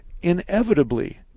Inevitably